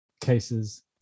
cases